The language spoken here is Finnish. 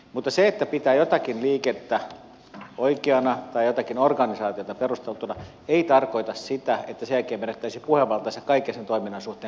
mutta se että pitää jotakin liikettä oikeana tai jotakin organisaatiota perusteltuna ei tarkoita sitä että sen jälkeen menettäisi puhevaltansa kaiken sen toiminnan suhteen kaikissa olosuhteissa